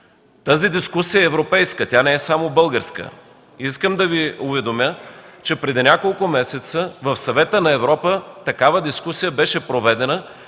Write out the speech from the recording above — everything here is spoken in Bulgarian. Тази дискусия е европейска, тя не е само българска. Искам да Ви уведомя, че преди няколко месеца в Съвета на Европа беше проведена